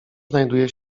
znajduje